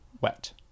Wet